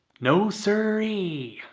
no siree!